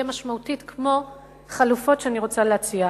משמעותית כמו חלופות שאני רוצה להציע,